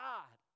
God